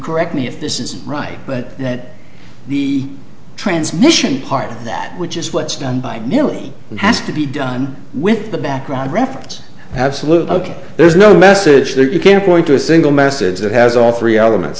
correct me if this isn't right but that the transmission part of that which is what's done by merely has to be done with the background reference absolute ok there is no message there you can point to a single message that has all three elements